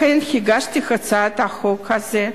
לכן הגשתי את הצעת החוק הזאת,